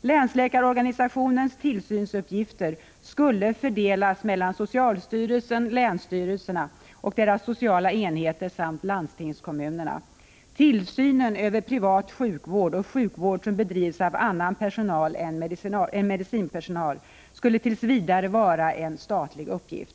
Länsläkarorganisationens tillsynsuppgifter skulle fördelas mellan socialstyrelsen, länsstyrelserna och deras sociala enheter samt landstingskommunerna. Tillsynen över privat sjukvård och sjukvård som bedrivs av annan personal än medicinpersonal skulle tills vidare vara en statlig uppgift.